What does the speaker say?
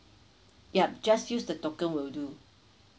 yup just use the token will do